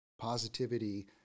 positivity